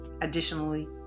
Additionally